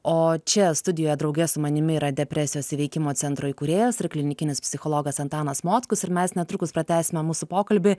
o čia studijoje drauge su manimi yra depresijos įveikimo centro įkūrėjas ir klinikinis psichologas antanas mockus ir mes netrukus pratęsime mūsų pokalbį